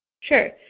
Sure